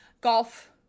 golf